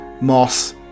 moss